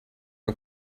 our